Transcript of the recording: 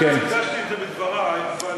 אולי לא הדגשתי את זה בדברי, אבל